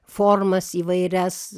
formas įvairias